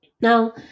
Now